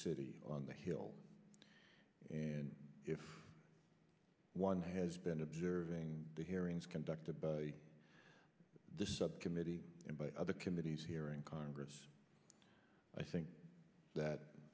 city on the hill and if one has been observing the hearings conducted by the subcommittee and by other committees here in congress i think that